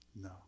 No